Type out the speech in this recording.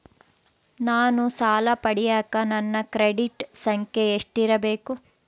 ನಾನು ಸಾಲ ಪಡಿಯಕ ನನ್ನ ಕ್ರೆಡಿಟ್ ಸಂಖ್ಯೆ ಎಷ್ಟಿರಬೇಕು?